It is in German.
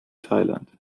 thailand